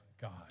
God